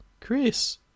Chris